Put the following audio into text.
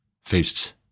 faced